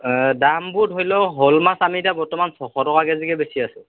দামবোৰ ধৰি লওক শ'ল মাছ আমি এতিয়া বৰ্তমান ছশ টকা কেজিকৈ বেচি আছোঁ